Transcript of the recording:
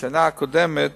שבשנה הקודמת